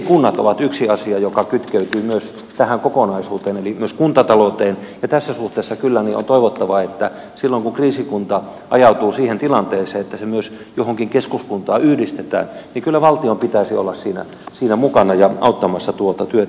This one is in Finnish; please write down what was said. kriisikunnat ovat yksi asia joka kytkeytyy myös tähän kokonaisuuteen eli myös kuntatalouteen ja tässä suhteessa kyllä on toivottavaa että silloin kun kriisikunta ajautuu siihen tilanteeseen että se myös johonkin keskuskuntaan yhdistetään niin kyllä valtion pitäisi olla siinä mukana ja auttamassa tuota työtä